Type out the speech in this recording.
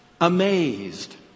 amazed